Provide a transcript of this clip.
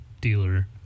dealer